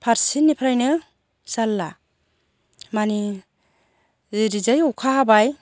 फारसेनिफ्रायनो जारला मानि ओरै जै अखा हाबाय